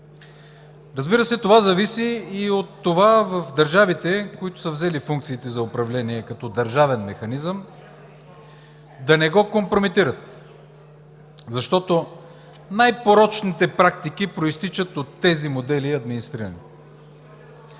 Разбира се, това зависи и от това в държавите, които са взели функциите за управление като държавен механизъм, да не го компрометират, защото най-порочните практики произтичат от тези модели на администриране.